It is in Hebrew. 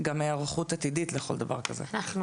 לסיכום,